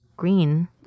green